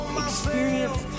experience